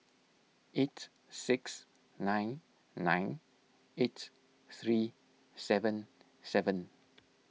eight six nine nine eight three seven seven